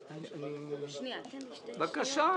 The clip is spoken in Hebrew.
התשע"ט-2018,